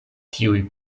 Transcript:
tiuj